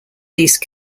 these